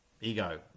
ego